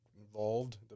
involved